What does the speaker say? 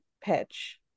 pitch